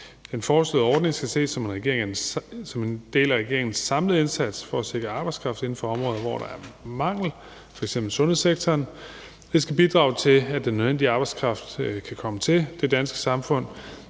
Den foreslåede ordning skal ses som en del af regeringens samlede indsats for at sikre arbejdskraft inden for områder, hvor der er mangel, f.eks. sundhedssektoren. Det skal bidrage til, at den nødvendige arbejdskraft kan komme til det danske samfund.